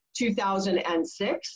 2006